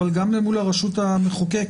אבל גם למול הרשות המחוקקת,